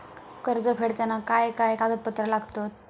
कर्ज फेडताना काय काय कागदपत्रा लागतात?